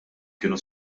kienu